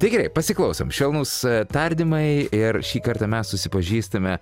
tai gerai pasiklausom švelnus tardymai ir šį kartą mes susipažįstame